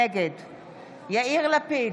נגד יאיר לפיד,